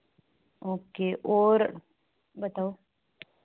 okay और बताओ